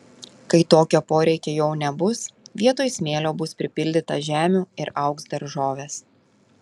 kai tokio poreikio jau nebus vietoj smėlio bus pripildyta žemių ir augs daržovės